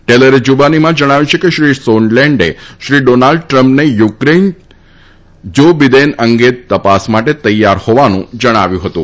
ટેલરે જુબાનીમાં જણાવ્યું હતું કે શ્રી સોન્ડલેન્ડે શ્રી ડોનાલ્ડ ટ્રમ્પને યુક્રેઇન જો બીદેન અંગે તપાસ માટે તૈયાર હોવાનું જણાવ્યું હતું